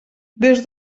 des